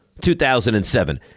2007